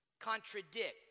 contradict